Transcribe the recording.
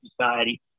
society